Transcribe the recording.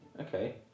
Okay